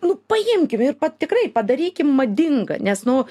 nu paimkim ir pa tikrai padarykim madinga nes nu